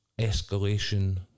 escalation